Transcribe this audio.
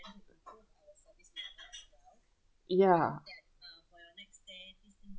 ya